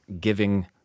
giving